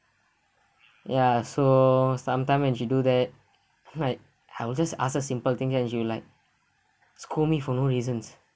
ya so sometimes when she do that like I will just ask a simple thing then she will like scold me for no reasons